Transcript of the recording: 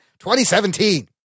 2017